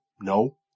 No